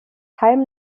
heim